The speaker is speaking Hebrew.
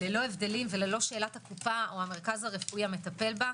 ללא הבדלים וללא שאלת הקופה או המרכז הרפואי המטפל בה,